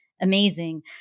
amazing